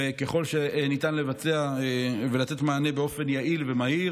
וככל שניתן לבצע ולתת מענה באופן יעיל ומהיר,